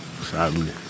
sadly